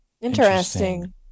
Interesting